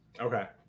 Okay